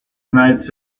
nights